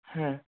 হ্যাঁ